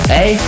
Hey